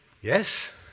Yes